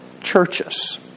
churches